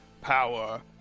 power